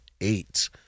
eight